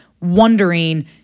wondering